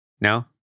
No